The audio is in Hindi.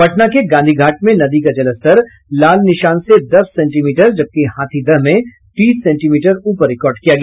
पटना के गांधी घाट में नदी का जलस्तर लाल निशान से दस सेंटीमीटर जबकि हाथीदह में तीस सेंटीमीटर ऊपर रिकार्ड किया गया